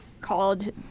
called